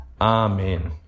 Amen